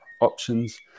options